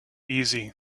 easy